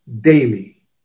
daily